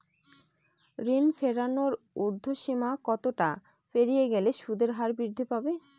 ঋণ ফেরানোর উর্ধ্বসীমা কতটা পেরিয়ে গেলে সুদের হার বৃদ্ধি পাবে?